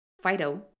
Fido